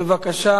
בבקשה.